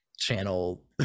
channel